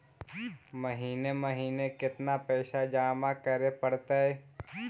महिने महिने केतना पैसा जमा करे पड़तै?